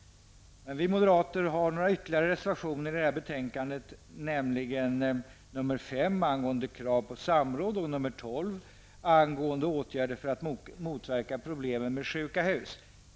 Vi moderater har några ytterligare reservationer fogade till detta betänkande, nämligen nr 5 angående krav på samråd och nr 12 angående åtgärder för att motverka problemen med sjuka hus.